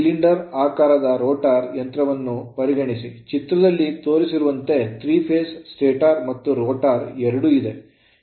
ಸೈಲಿಂಡರಾಕಾರದ rotor rotor ಯಂತ್ರವನ್ನು ಪರಿಗಣಿಸಿ ಚಿತ್ರದಲ್ಲಿ ತೋರಿಸಿರುವಂತೆ 3 phase stator ಸ್ಟಾಟರ್ ಮತ್ತು rotor ರೋಟರ್ ಎರಡೂ ಇದೆ